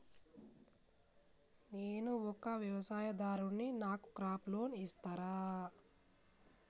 నేను ఒక వ్యవసాయదారుడిని నాకు క్రాప్ లోన్ ఇస్తారా?